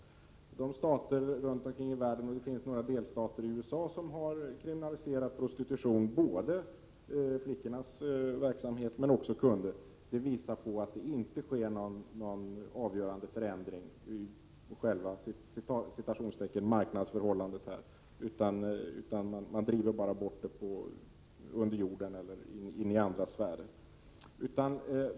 Det finns några stater runt om i världen, bl.a. några delstater i USA, som har kriminaliserat prostitutionen, både flickornas verksamhet och kundernas. Erfarenheterna därifrån visar att det inte har skett någon avgörande förändring i fråga om ”marknadsförhållandet”, utan man bara driver verksamheten under jorden eller in i andra sfärer.